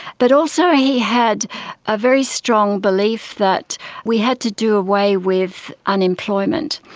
but also he had a very strong belief that we had to do away with unemployment.